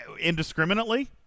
indiscriminately